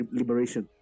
liberation